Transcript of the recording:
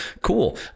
cool